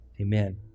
Amen